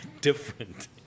different